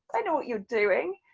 i know what you're doing.